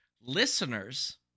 Listeners